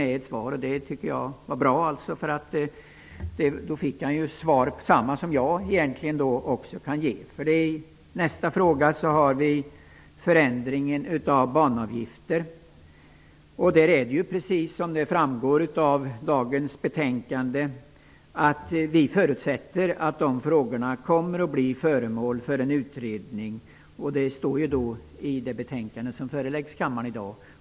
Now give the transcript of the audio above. Det var bra, eftersom han på det sättet fick samma svar som jag kan ge. Nästa fråga gäller förändringen av banavgifter, och precis som framgår av dagens betänkande förutsätter vi att den frågan kommer att bli föremål för en utredning. Detta står också i det betänkande som föreläggs kammaren i dag.